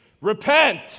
repent